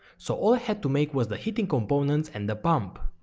so, all i had to make was the heating components and the pump.